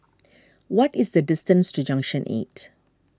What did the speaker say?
what is the distance to Junction eight